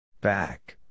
Back